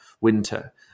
winter